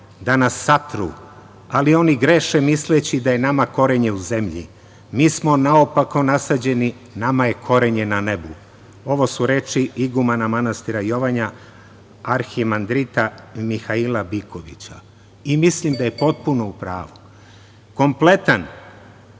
da nas satru, ali oni greše misleći da nam je korenje u zemlji. Mi smo naopako nasađeni, nama je korenje na nebu ovo su reči igumana manastira Jovanja arhimandrita Mihaila Bikovića. Mislim da je potpuno u pravu. Kompletan